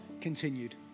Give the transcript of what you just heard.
continued